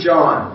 John